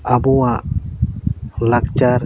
ᱟᱵᱚᱣᱟᱜ ᱞᱟᱠᱪᱟᱨ